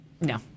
No